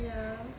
ya